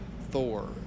Thor